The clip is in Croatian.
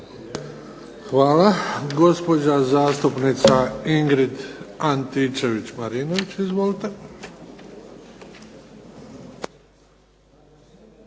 Hvala. Gospođa zastupnica Ingrid Antičević-Marinović. Izvolite.